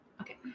okay